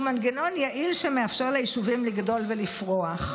הוא מנגנון יעיל שמאפשר ליישובים לגדול ולפרוח.